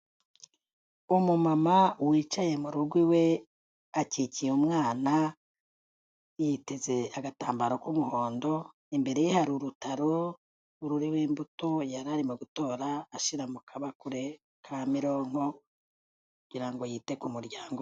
Umumama wicaye mu rugo iwe akikiye umwana yiteze agatambaro k'umuhondo, imbere ye hari urutaro ruriho imbuto yari arimo gutora ashyira mu kabakure ka mironko kugira ngo yite ku muryango.